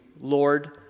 Lord